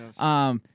Yes